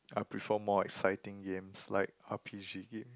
I prefer more exciting games like r_p_g game